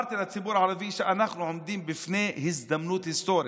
אמרתי לציבור הערבי שאנחנו עומדים בפני הזדמנות היסטורית.